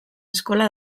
eskola